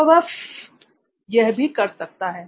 तो वह यह भी कर सकता है